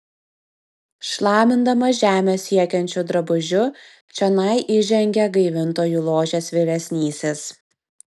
šlamindamas žemę siekiančiu drabužiu čionai įžengė gaivintojų ložės vyresnysis